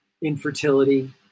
infertility